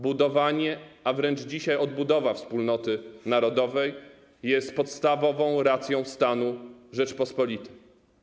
Budowanie - a dzisiaj wręcz odbudowa - wspólnoty narodowej jest podstawową racją stanu Rzeczypospolitej.